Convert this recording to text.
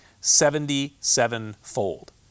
seventy-sevenfold